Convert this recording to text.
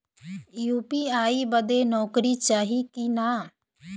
UPI बदे नौकरी चाही की ना?